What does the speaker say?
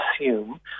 assume